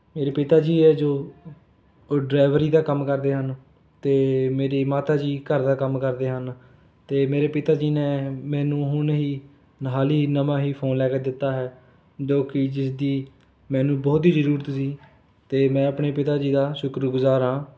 ਮੇਰੇ ਪਿਤਾ ਜੀ ਹੈ ਜੋ ਉਹ ਡਰਾਈਵਰੀ ਦਾ ਕੰਮ ਕਰਦੇ ਹਨ ਅਤੇ ਮੇਰੀ ਮਾਤਾ ਜੀ ਘਰ ਦਾ ਕੰਮ ਕਰਦੇ ਹਨ ਅਤੇ ਮੇਰੇ ਪਿਤਾ ਜੀ ਨੇ ਮੈਨੂੰ ਹੁਣ ਹੀ ਹਾਲੀ ਨਵਾਂ ਹੀ ਫ਼ੋਨ ਲੈ ਕੇ ਦਿੱਤਾ ਹੈ ਜੋ ਕਿ ਜਿਸਦੀ ਮੈਨੂੰ ਬਹੁਤ ਹੀ ਜ਼ਰੂਰਤ ਸੀ ਅਤੇ ਮੈਂ ਆਪਣੇ ਪਿਤਾ ਜੀ ਦਾ ਸ਼ੁਕਰਗੁਜ਼ਾਰ ਹਾਂ